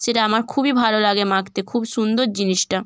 সেটা আমার খুবই ভালো লাগে মাখতে খুব সুন্দর জিনিসটা